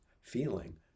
feeling